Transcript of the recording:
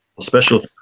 special